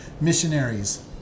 missionaries